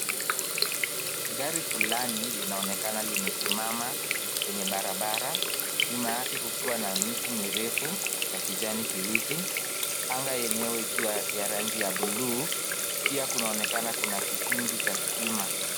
Gari fulani linaonekana limesimama kwenye barabara. Nyuma yake kukiwa na miti mirefu ya kijani kibichi na anga yenyewe ikiwa ya rangi ya buluu, pia kunaonekana kuna kikingi cha stima.